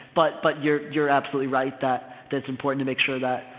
but, but, you're, your absolutely right that that it's important to make sure that,